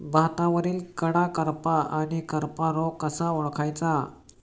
भातावरील कडा करपा आणि करपा रोग कसा ओळखायचा?